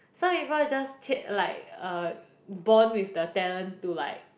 some people just t~ like err born with the talent to like